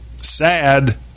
sad